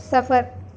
صفر